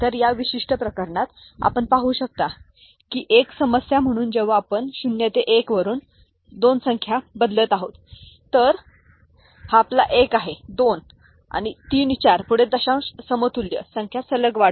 तर या विशिष्ट प्रकरणात आपण पाहू शकता की एक समस्या म्हणून जेव्हा आपण 0 ते 1 वरून 2 संख्या बदलत आहोत तर हा आपला 1 आहे हा आपला 2 आहे तर 3 4 आणि पुढे दशांश समतुल्य संख्या सलग वाढ